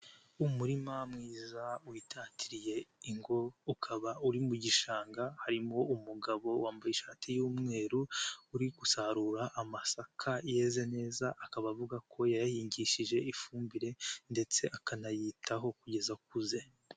Umurima mwiza witatiriye ingo ukaba uri mu gishanga harimo umugabo wambaye ishati y'umweru uri gusarura amasaka yeze neza akaba avuga ko yayahingishije ifumbire ndetse akanayitaho kugeza akuze.